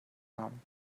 namen